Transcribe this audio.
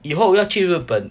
以后要去日本